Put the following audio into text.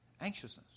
Anxiousness